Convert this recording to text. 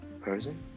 person